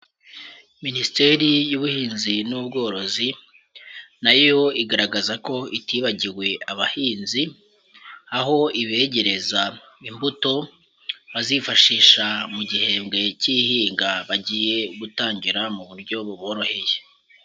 Minisiteri y'ubuhinzi n'ubworozi nayo igaragaza ko itibagiwe abahinzi, aho ibegereza imbuto bazifashisha mu gihembwe cy'ihinga bagiye gutangira mu buryo buboroheye.